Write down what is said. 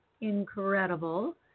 incredible